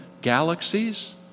galaxies